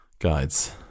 Guides